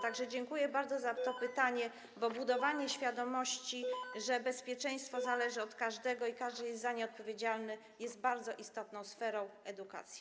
Tak że dziękuję bardzo za to pytanie, bo budowanie świadomości, że bezpieczeństwo zależy od każdego i każdy jest za nie odpowiedzialny, jest bardzo istotną sferą edukacji.